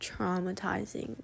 traumatizing